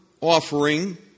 offering